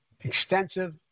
extensive